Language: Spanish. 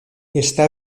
está